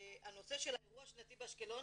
הנושא של האירוע השנתי באשקלון,